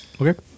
Okay